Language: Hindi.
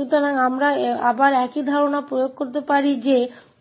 इसलिए हम फिर से उसी विचार को लागू कर सकते हैं कि